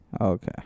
Okay